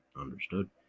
Understood